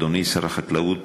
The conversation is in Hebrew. אדוני שר החקלאות,